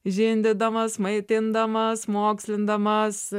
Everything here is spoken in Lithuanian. žindydamas maitindamas mokslindamas